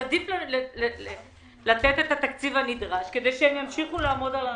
עדיף לתת את התקציב הנדרש כדי שהם ימשיכו לעמוד על הרגליים.